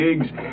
gigs